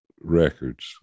records